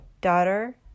daughter